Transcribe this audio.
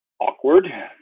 Awkward